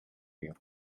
meal